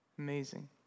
amazing